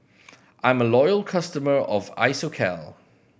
I'm a loyal customer of Isocal